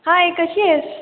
हाय कशी आहेस